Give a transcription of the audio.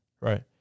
Right